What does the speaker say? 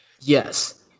Yes